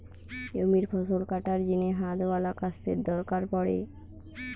জমিরে ফসল কাটার জিনে হাতওয়ালা কাস্তের দরকার পড়ে